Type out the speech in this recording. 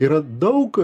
yra daug